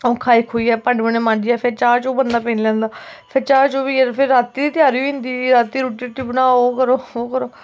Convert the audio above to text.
ओह् खाई खुइयै भांडे भूंडे मांजी मूंजियै चाह् चूह् पी लैंदा फिर चाह् चूह् पियै रातीं दा त्यारी होई जंदी रातीं रुट्टी रट्टी बनाओ